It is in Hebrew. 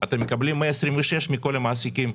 אתם מקבלים 126 מכל המעסיקים.